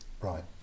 Right